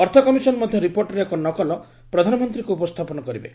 ଅର୍ଥ କମିଶନ ମଧ୍ୟ ରିପୋର୍ଟର ଏକ ନକଲ ପ୍ରଧାନମନ୍ତ୍ରୀଙ୍କୁ ଉପସ୍ଥାପନ କରିବେ